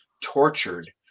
tortured